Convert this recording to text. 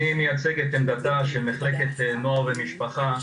אני מייצג את עמדתה של מחלקת נוער ומשפחה.